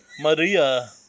Maria